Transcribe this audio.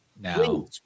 now